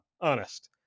honest